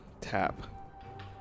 tap